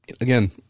again